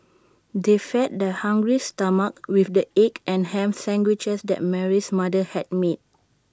they fed their hungry stomachs with the egg and Ham Sandwiches that Mary's mother had made